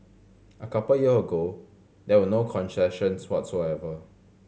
a couple year ago there were no concessions whatsoever